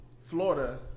Florida